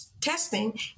testing